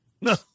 No